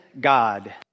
God